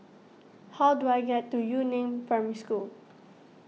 how do I get to Yu Neng Primary School